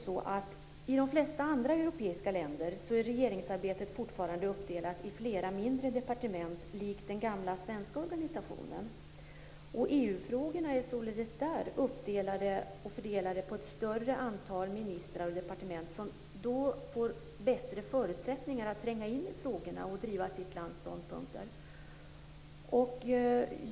I de flesta andra europeiska länder är regeringsarbetet fortfarande uppdelat i flera mindre departement, likt den gamla svenska organisationen. EU-frågorna är således där fördelade på ett större antal ministrar och departement, som får bättre förutsättningar att tränga in i frågorna och driva sitt lands ståndpunkter.